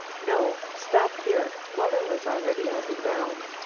no, stop here. muller was already on the ground.